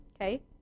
Okay